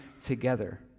together